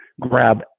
grab